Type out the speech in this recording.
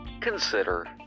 consider